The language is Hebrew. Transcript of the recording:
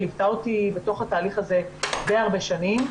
ליוותה אותי בתוך התהליך הזה די הרבה שנים,